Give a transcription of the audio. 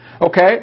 okay